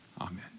Amen